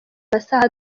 masaha